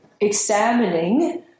examining